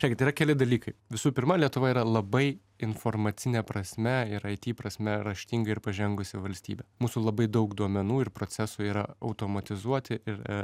žiūrėkit yra keli dalykai visų pirma lietuva yra labai informacine prasme ir it prasme raštinga ir pažengusi valstybė mūsų labai daug duomenų ir procesų yra automatizuoti ir